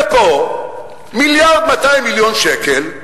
ופה, מיליארד 200 מיליון שקל,